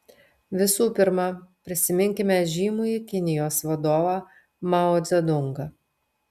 visų pirma prisiminkime žymųjį kinijos vadovą mao dzedungą